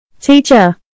Teacher